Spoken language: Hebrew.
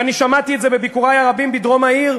ואני שמעתי את זה בביקורי הרבים בדרום העיר,